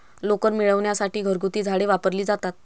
लोकर मिळविण्यासाठी घरगुती झाडे वापरली जातात